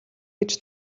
гэж